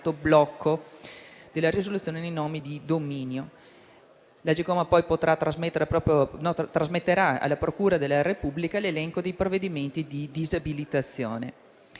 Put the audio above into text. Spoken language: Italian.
un immediato blocco della risoluzione dei nomi di dominio. L'Agcom poi trasmetterà alla procura della Repubblica l'elenco dei provvedimenti di disabilitazione.